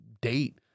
date